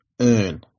earn